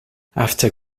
after